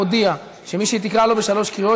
היא הודיעה שמי שהיא תקרא אותו בשלוש קריאות